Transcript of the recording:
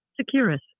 Securus